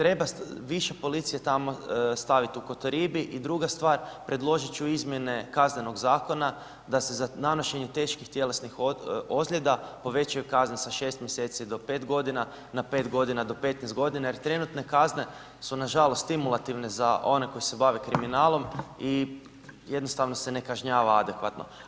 Treba više policije staviti u Kotoribi i druga stvar predložit ću izmjene Kaznenog zakona da se za nanošenje teških tjelesnih ozljeda povećaju kazne sa 6 mjeseci do 5 godina, na 5 godina do 15 godina jer trenutne kazne su nažalost stimulativne za one koji se bave kriminalom i jednostavno se ne kažnjava adekvatno.